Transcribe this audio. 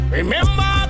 Remember